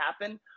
happen